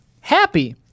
Happy